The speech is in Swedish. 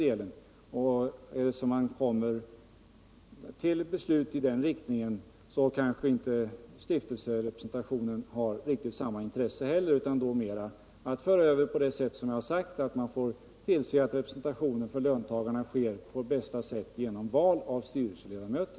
Och kommer man till ett beslut i den riktningen kanske inte stiftelserepresentationen har riktigt samma intresse. Då gäller det mer att tillse att representationen för löntagarna sker på bästa sätt genom val av styrelseledamöter.